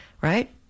right